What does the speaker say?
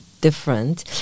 different